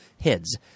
heads